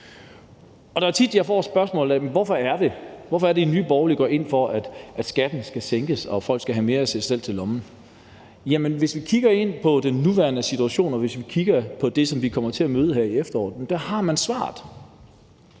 Og det er tit, jeg får spørgsmålet: Hvorfor er det, at Nye Borgerlige går ind for, at skatten skal sænkes og folk skal have mere til sig selv i lommen? Jamen hvis vi kigger ind i den nuværende situation, og hvis vi kigger på det, som vi kommer til at møde her i efteråret, så har man svaret